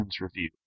review